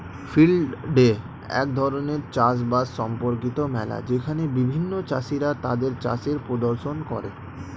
field day এক ধরণের চাষ বাস সম্পর্কিত মেলা যেখানে বিভিন্ন চাষীরা তাদের চাষের প্রদর্শন করে